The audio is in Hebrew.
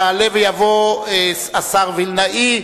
יעלה ויבוא השר וילנאי,